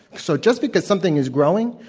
so, just because something is growing,